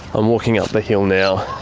i'm walking up a hill now,